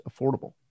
affordable